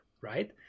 right